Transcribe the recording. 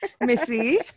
Missy